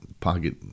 pocket